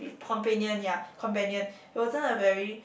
companion ya companion he wasn't a very